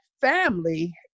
family